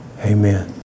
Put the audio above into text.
Amen